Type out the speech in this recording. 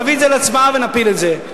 נביא את זה להצבעה ונפיל את זה.